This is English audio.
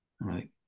right